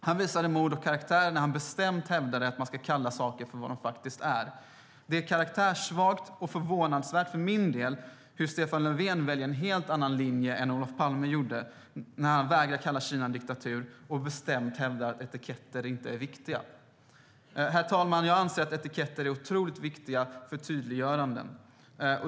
Han visade mod och karaktär när han bestämt hävdade att man ska kalla saker för vad de är. Det är karaktärssvagt och förvånansvärt för mig att Stefan Löfven väljer en helt annan linje än Olof Palme gjorde när han vägrar att kalla Kina diktatur och bestämt hävdar att etiketter inte är viktiga. Herr talman! Jag anser att etiketter är otroligt viktiga för tydliggöranden.